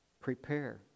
Prepare